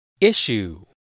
issue